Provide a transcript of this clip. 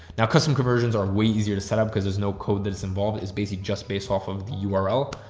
now custom conversions are way easier to set up cause there's no code that is involved. it is basically just based off of the ah url.